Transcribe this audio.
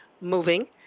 moving